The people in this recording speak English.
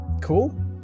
Cool